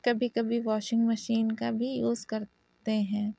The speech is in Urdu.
کبھی کبھی واشنگ مشین کا بھی یوز کرتے ہیں